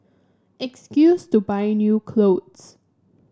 excuse to buy new clothes